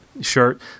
shirt